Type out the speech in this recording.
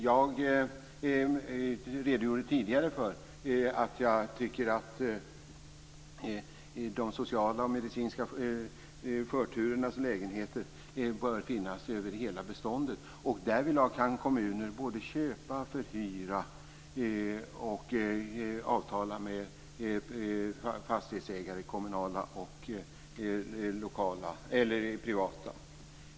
Jag redogjorde tidigare för att jag tycker att lägenheter för sociala och medicinska förturer bör finnas över hela beståndet. Då kan kommuner både köpa och förhyra lägenheter i kommunala och privata bostadsbolag.